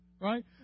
right